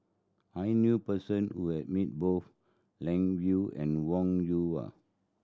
I knew person who has met both Lan Yoo and Wong Yoon Wah